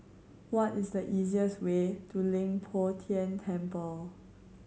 what is the easiest way to Leng Poh Tian Temple